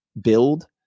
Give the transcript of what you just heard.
build